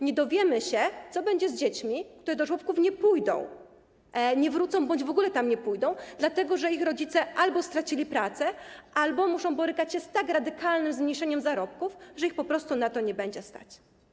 Nie dowiemy się, co będzie z dziećmi, które do żłobków nie pójdą, nie wrócą do nich bądź w ogóle tam nie pójdą, dlatego że ich rodzice albo stracili pracę, albo muszą borykać się z tak radykalnym zmniejszeniem zarobków, że ich po prostu na to nie będzie stać.